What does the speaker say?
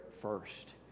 first